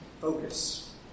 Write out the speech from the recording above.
focus